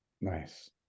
Nice